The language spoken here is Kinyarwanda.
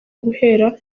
guhera